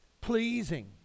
pleasing